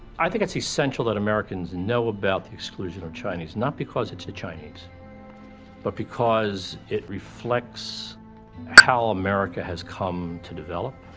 i think it's essential that americans know about the exclusion of chinese not because it's the chinese but because it reflects how america has come to develop,